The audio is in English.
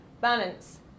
balance